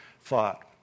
thought